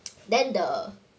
then the